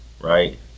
right